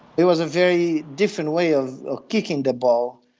it was a very different way of of kicking the ball.